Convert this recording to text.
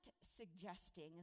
suggesting